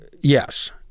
Yes